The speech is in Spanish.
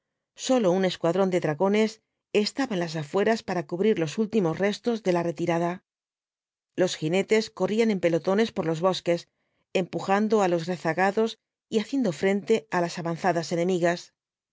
sólo un escuadrón de dragones estaba en las afueras para cubrir los últimos restos de la retirada los jinetes corrían en pelotones por los bosques empujando á los rezagados y haciendo frente á las avanzadas enemigas